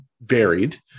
varied